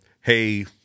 hey